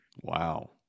wow